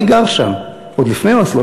אני גר שם עוד לפני אוסלו.